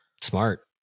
smart